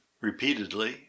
repeatedly